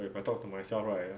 I talk to myself right